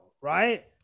right